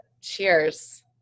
Cheers